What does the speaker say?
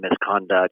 misconduct